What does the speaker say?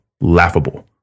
Laughable